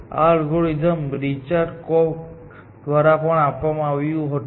આ algorithm Richard Korf દ્વારા પણ આપવામાં આવ્યું હતું